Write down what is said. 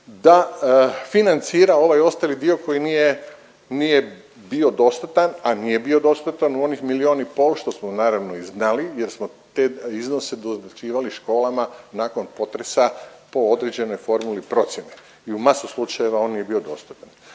da financira ovaj ostali dio koji nije, nije bio dostatan, a nije bio dostatan u onih milijun i pol, što smo naravno i znali jer smo te iznose dosuđivali školama nakon potresa po određenoj formuli procjene i u masi slučajeva on je bio dostatan.